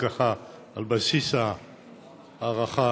על בסיס ההערכה,